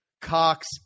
Cox